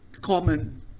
common